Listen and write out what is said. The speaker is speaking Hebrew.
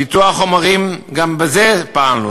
פיתוח חומר, גם בזה פעלנו.